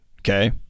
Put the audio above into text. Okay